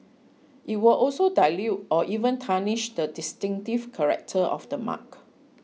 it will also dilute or even tarnish the distinctive character of the mark